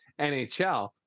NHL